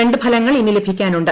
രണ്ട് ഫലങ്ങൾ ഇനി ലഭിക്കാനുണ്ട്